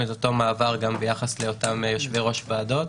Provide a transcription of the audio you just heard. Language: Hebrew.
את אותו מעבר גם ביחס לאותם יושבי-ראש ועדות